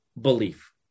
belief